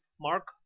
mark